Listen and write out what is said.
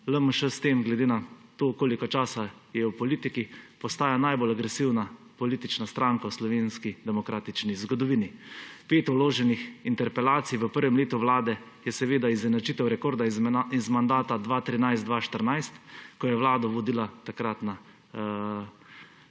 vlade. LMŠ glede na to, koliko časa je v politiki, postaja najbolj agresivna politična stranka v slovenski demokratični zgodovini. Pet vloženih interpelacij v prvem letu vlade je izenačitev rekorda iz mandata 2013–2014, ko je vlado vodila Alenka Bratušek.